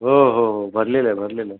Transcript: हो हो हो भरलेलं आहे भरलेलं आहे